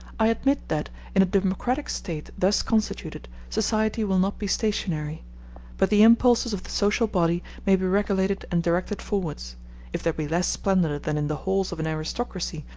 i admit that, in a democratic state thus constituted, society will not be stationary but the impulses of the social body may be regulated and directed forwards if there be less splendor than in the halls of an aristocracy,